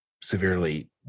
severely